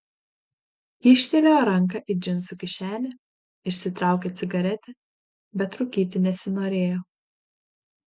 kyštelėjo ranką į džinsų kišenę išsitraukė cigaretę bet rūkyti nesinorėjo